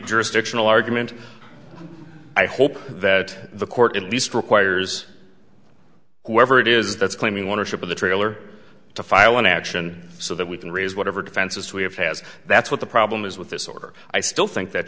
jurisdictional argument i hope that the court at least requires whoever it is that's claiming one or ship of the trailer to file an action so that we can raise whatever defenses we have has that's what the problem is with this order i still think that